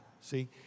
See